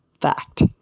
fact